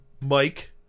Mike